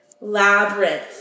Labyrinth